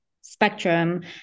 spectrum